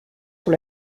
pour